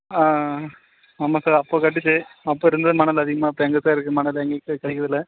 ஆ ஆமாம் சார் அப்போ கட்டுச்சு அப்போ இருந்த மணல் அதிகமாக இப்போ எங்கே சார் இருக்கு மணல் எங்களுக்கே கிடைக்குறது இல்லை